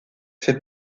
fait